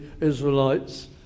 Israelites